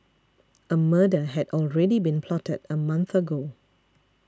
a murder had already been plotted a month ago